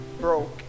broke